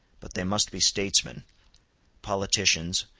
but they must be statesmen politicians,